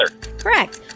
Correct